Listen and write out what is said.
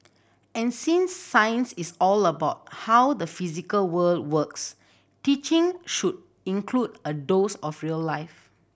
and since science is all about how the physical world works teaching should include a dose of real life